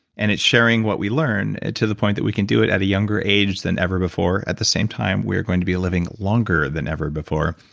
and it's sharing what we learn to the point where we can do it at a younger age than ever before. at the same time, we're going to be living longer than ever before,